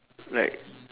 like